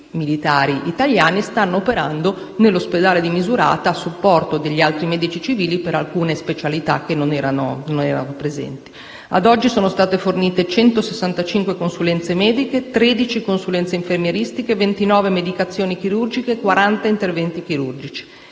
militari italiani stanno operando nell'ospedale di Misurata a supporto degli altri medici civili per alcune specialità che non erano presenti. Ad oggi sono state fornite 165 consulenze mediche, 13 consulenze infermieristiche, 29 medicazioni chirurgiche, 40 interventi chirurgici.